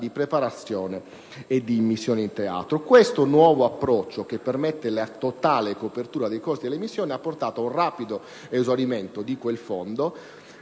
di preparazione e di immissione in teatro. Questo nuovo approccio, che permette la totale copertura dei costi delle missioni, ha portato ad un rapido esaurimento di quel fondo